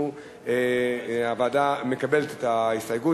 שהוועדה מקבלת את ההסתייגות.